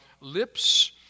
lips